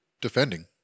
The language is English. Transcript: Defending